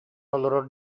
олорор